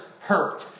hurt